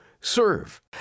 Serve